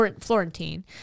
Florentine